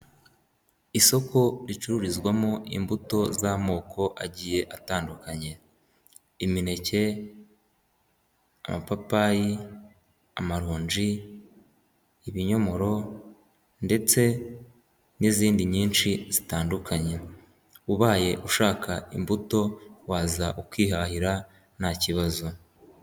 Isoko ricururizwamo imbuto z'amoko agiye atandukanye, imineke, amapapayi, amaronji, ibinyomoro ndetse n'izindi nyinshi zitandukanye, ubaye ushaka imbuto waza ukihahira nta kibazo.